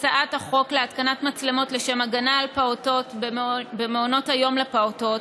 הצעת החוק להתקנת מצלמות לשם הגנה על פעוטות במעונות היום לפעוטות,